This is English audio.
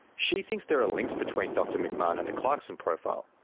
she thinks there are links between dr mcmahon and the clarkson profile,